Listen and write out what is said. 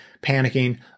panicking